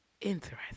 interesting